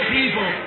people